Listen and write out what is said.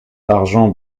d’argent